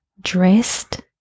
dressed